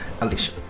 Alicia